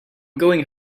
going